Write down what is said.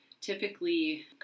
typically